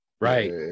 right